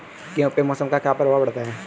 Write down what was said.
गेहूँ पे मौसम का क्या प्रभाव पड़ता है?